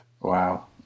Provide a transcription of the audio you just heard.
Wow